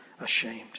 ashamed